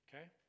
okay